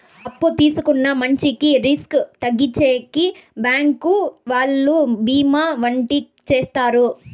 అప్పు తీసుకున్న మంచికి రిస్క్ తగ్గించేకి బ్యాంకు వాళ్ళు బీమా వంటివి చేత్తారు